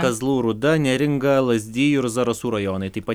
kazlų rūda neringa lazdijų ir zarasų rajonai taip pat